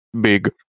big